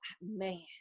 man